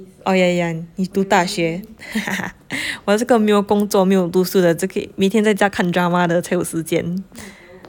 ah yeah yeah 你读大学 hahaha 我这个没有工作没有读书的就可以每天在家看 drama 的才有时间